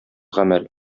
гамәл